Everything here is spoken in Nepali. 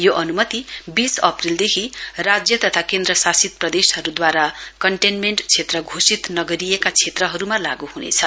यो अनुमति वीस अप्रेलदेखि राज्य तथा केन्द्रसाशित प्रदेशहरुद्वारा कन्टेन्मेण्ट क्षेत्र घोषित नगरिएका क्षेत्रहरुमा लागू हुनेछ